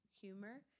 humor